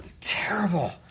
Terrible